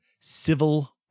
Civil